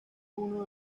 uno